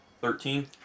Thirteen